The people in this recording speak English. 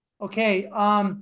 Okay